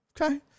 Okay